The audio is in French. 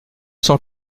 cent